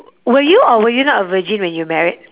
were you or were you not a virgin when you married